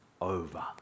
over